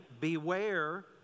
Beware